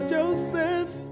Joseph